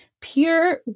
Pure